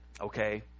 Okay